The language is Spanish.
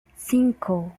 cinco